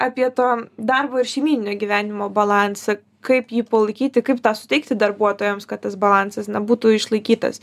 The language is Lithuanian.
apie tą darbo ir šeimyninio gyvenimo balansą kaip jį palaikyti kaip tą suteikti darbuotojams kad tas balansas na būtų išlaikytas